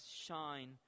shine